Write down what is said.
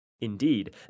Indeed